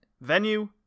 Venue